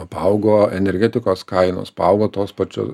paaugo energetikos kainos paaugo tos pačio